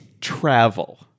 Travel